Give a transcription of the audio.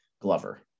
Glover